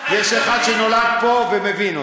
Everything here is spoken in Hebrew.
יש אחד שנולד פה ומבין אותי.